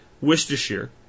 Worcestershire